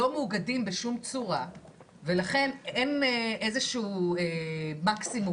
לא מאוגדים בשום צורה ולכן אין איזשהו מקסימום,